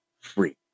free